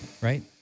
right